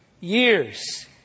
years